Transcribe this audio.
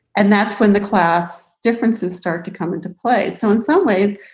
and that's when the class differences start to come into play. so in some ways,